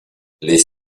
les